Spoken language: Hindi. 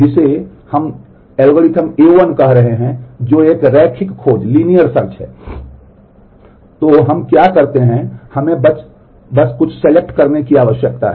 तो हम क्या करते हैं हमें बस कुछ सेलेक्ट करने की आवश्यकता है